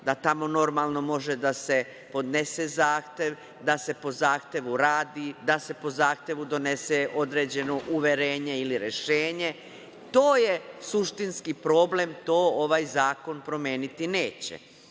da tamo normalno može da se podnese zahtev, da se po zahtevu radi, da se po zahtevu donese određeno uverenje ili rešenje. To je suštinski problem. To ovaj zakon promeniti neće